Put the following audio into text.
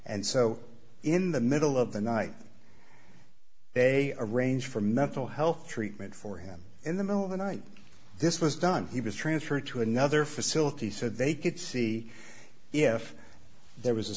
and so in the middle of the night they arranged for mental health treatment for him in the middle of the night this was done he was transferred to another facility so they could see if there was a